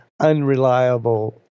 unreliable